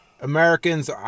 Americans